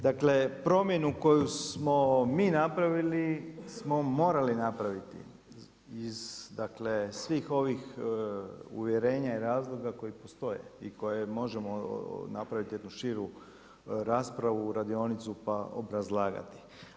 Dakle promjenu koju smo mi napravili smo morali napraviti iz svih ovih uvjerenja i razloga koji postoje i o kojima možemo napraviti jednu širu raspravu, radionicu pa obrazlagati.